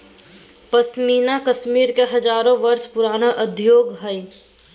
पश्मीना कश्मीर के हजारो वर्ष पुराण उद्योग हइ